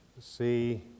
see